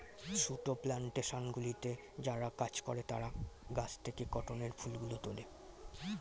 সুতো প্ল্যানটেশনগুলিতে যারা কাজ করে তারা গাছ থেকে কটনের ফুলগুলো তোলে